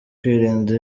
kwirinda